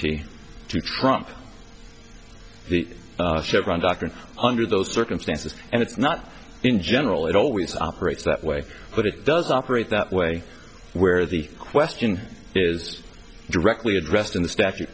to trump the chevron doctrine under those circumstances and it's not in general it always operates that way but it does operate that way where the question is directly addressed in the statu